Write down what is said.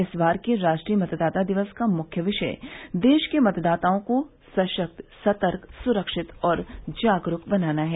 इस बार के राष्ट्रीय मतदाता दिवस का मुख्य विषय देश के मतदाताओं को सशक्त सतर्क सुरक्षित और जागरूक बनाना है